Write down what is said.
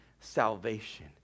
salvation